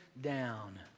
down